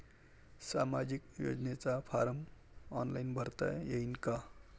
सामाजिक योजनेचा form online भरता येईन का?